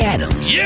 Adams